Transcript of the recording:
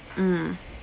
mm